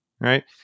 Right